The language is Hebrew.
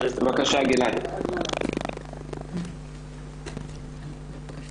הנקודה הזאת עלתה בעקיפין מכמה כיוונים אבל זה לא המוקד של